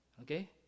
Okay